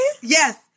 Yes